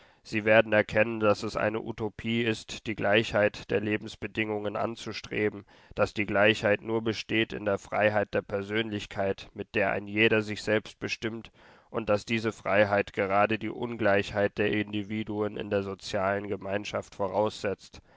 sie werden erkennen daß es eine utopie ist die gleichheit der lebensbedingungen anzustreben daß die gleichheit nur besteht in der freiheit der persönlichkeit mit der ein jeder sich selbst bestimmt und daß diese freiheit gerade die ungleichheit der individuen in der sozialen gemeinschaft voraussetzt